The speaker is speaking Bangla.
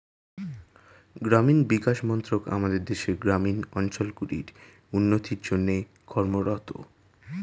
গ্রামীণ বিকাশ মন্ত্রক আমাদের দেশের গ্রামীণ অঞ্চলগুলির উন্নতির জন্যে কর্মরত